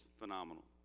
phenomenal